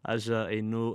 aš einu